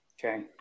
Okay